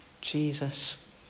Jesus